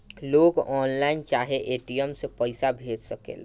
लोग ऑनलाइन चाहे ए.टी.एम से पईसा भेज सकेला